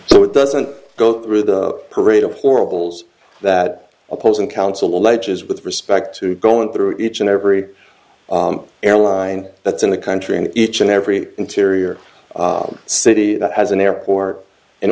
so it doesn't go through the parade of horribles that opposing counsel alleges with respect to going through each and every airline that's in the country and each and every interior city that has an airport in